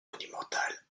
monumentale